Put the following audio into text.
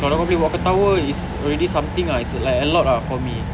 kalau boleh buat ketawa it's already something ah it's like a lot ah for me